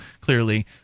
clearly